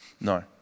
No